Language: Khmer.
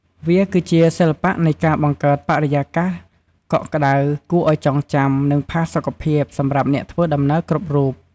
វាគឺជាសិល្បៈនៃការបង្កើតបរិយាកាសកក់ក្តៅ គួរឱ្យចងចាំ និងផាសុកភាពសម្រាប់អ្នកធ្វើដំណើរគ្រប់រូប។